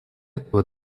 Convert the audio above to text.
этого